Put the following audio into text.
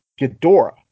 Ghidorah